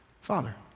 Father